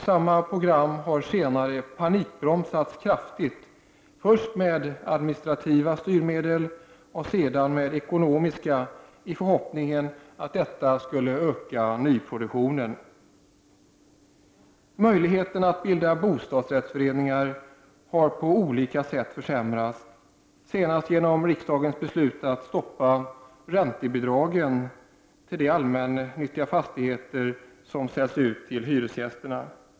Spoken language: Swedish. Samma program har senare panikbromsats kraftigt, först med administrativa styrmedel och sedan med ekonomiska i förhoppningen att detta skulle öka nyproduktionen. — Möjligheterna att bilda bostadsrättsföreningar har på olika sätt försämrats — senast genom riksdagens beslut att stoppa räntebidragen för allmännyttiga fastigheter som säljs till hyresgästerna.